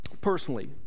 personally